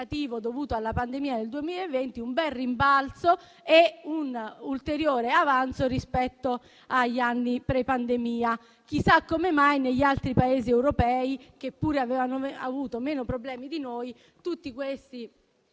dovuto alla pandemia del 2020, un bel rimbalzo e un ulteriore avanzo rispetto agli anni precedenti la pandemia. Chissà come mai negli altri Paesi europei, che pure avevano avuto meno problemi di noi, tutti questi